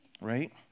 right